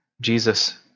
Jesus